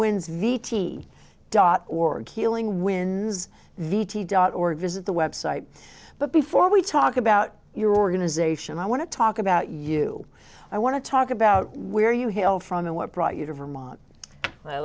wins v t dot org healing when vitti dot org visit the website but before we talk about your organization i want to talk about you i want to talk about where you hail from and what brought you to vermont i